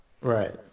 Right